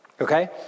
Okay